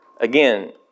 Again